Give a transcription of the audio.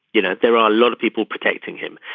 you know there are a lot of people protecting him.